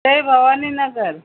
जयभवानीनगर